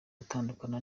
gutandukana